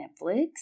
Netflix